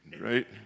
right